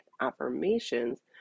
affirmations